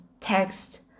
text